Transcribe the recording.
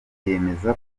yemeza